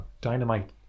Dynamite